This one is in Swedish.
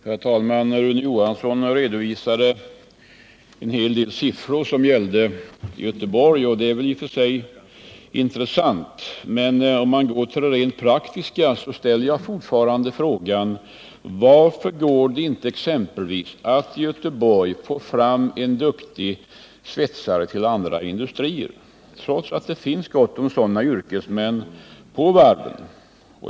Herr talman! Rune Johansson redovisade en hel del siffror som gällde Göteborg. Det är väl i och för sig intressant, men om man går till det rent praktiska, så ställer jag fortfarande frågan: Varför går det inte att exempelvis i Göteborg få fram en duktig svetsare till andra industrier trots att det finns gott om sådana yrkesmän på varven?